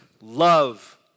love